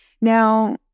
Now